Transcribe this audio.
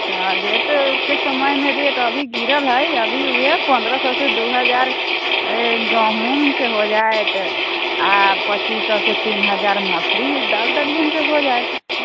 तऽ रेटके समयमे रेट अभी गिरल हइ अभी वएह पनरह सओसँ दू हजार गहूमके हो जाइत आओर पच्चीस सओसँ तीन हजार मौसरी दाल दलहनके हो जाइत